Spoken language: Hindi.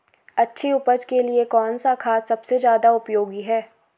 अच्छी उपज के लिए कौन सा खाद सबसे ज़्यादा उपयोगी है?